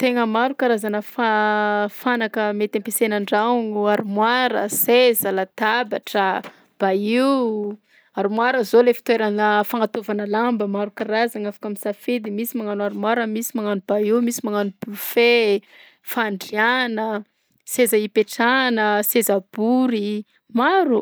Tegna maro karazana fa- fanaka mety ampiasana an-dragno: armoara ,seza, latabatra, bahut; armoara ao le fitoeragna fagnataovana lamba maro karazagna afaka misafidy, misy magnano armoara, misy magnano bahut, misy magnano buffet, fandriàna, seza ipetrahana, seza bory, maro.